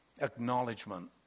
acknowledgement